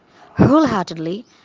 wholeheartedly